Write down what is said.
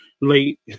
late